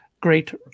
great